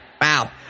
Wow